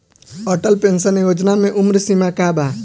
Atal pension योजना मे उम्र सीमा का बा?